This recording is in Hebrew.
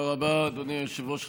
תודה רבה, אדוני היושב-ראש.